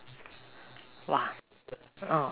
!wah! oh